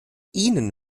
ihnen